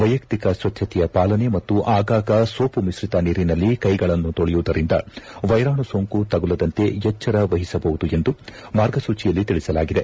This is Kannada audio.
ವೈಯಕ್ತಿಕ ಸ್ವಚ್ಛಕೆಯ ಪಾಲನೆ ಮತ್ತು ಆಗಾಗ ಸೋಮ ಮಿಶ್ರಿತ ನೀರಿನಲ್ಲಿ ಕ್ಕೆಗಳನ್ನು ತೊಳೆಯುವುದರಿಂದ ವೈರಾಣು ಸೋಂಕು ತಗುಲದಂತೆ ಎಚ್ಚರ ವಹಿಸಬಹುದು ಎಂದು ಮಾರ್ಗಸೂಚಿಯಲ್ಲಿ ಸೂಚಿಸಲಾಗಿದೆ